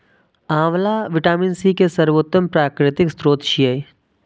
आंवला vitamin C के सर्वोत्तम प्राकृतिक स्रोत छियै